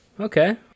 Okay